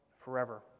forever